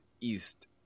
east